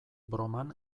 broman